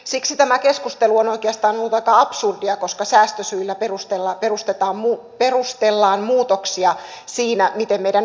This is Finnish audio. siksi tämä keskustelu on oikeastaan ollut aika absurdia koska säästösyillä perustellaan muutoksia siinä miten meidän oikeusjärjestelmämme toimii